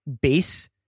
base